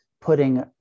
putting